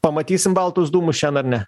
pamatysim baltus dūmus šen ar ne